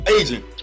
agent